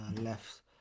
left